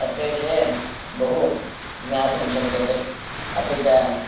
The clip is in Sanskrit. तस्य विषये बहु ज्ञातुं शक्यते अपि च